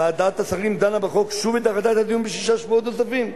ועדת השרים דנה בחוק שוב ודחתה את הדיון בשישה שבועות נוספים,